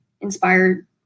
inspired